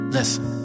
Listen